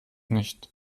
nicht